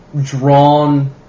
drawn